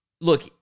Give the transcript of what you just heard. Look